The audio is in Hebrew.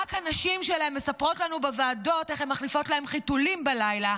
ורק הנשים שלהם מספרות לנו בוועדות איך הן מחליפות להם חיתולים בלילה,